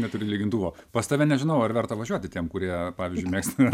neturi lygintuvo pas tave nežinau ar verta važiuoti tiem kurie pavyzdžiui mėgsta